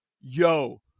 yo